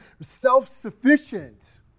self-sufficient